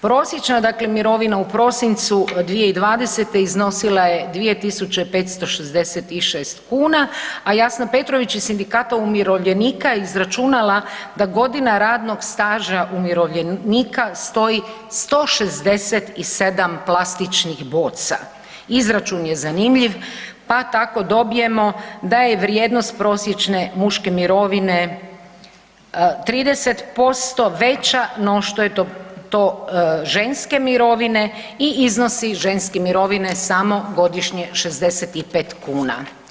Prosječna mirovina u prosincu 2020. iznosila je 2.566 kuna, a Jasna Petrović iz Sindikata umirovljenika je izračunala da godina radnog staža umirovljenika stoji 167 plastičnih boca, izračun je zanimljiv pa tako dobijemo da je vrijednost prosječne muške mirovine 30% veća no što je to ženske mirovine i iznosi ženske mirovine samo godišnje 65 kuna.